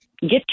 get